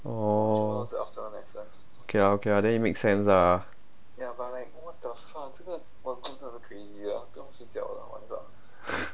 哦 okay lah okay lah then it makes sense ah